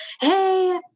hey